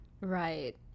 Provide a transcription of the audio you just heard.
Right